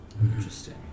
interesting